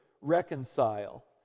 reconcile